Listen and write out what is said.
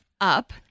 up